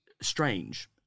strange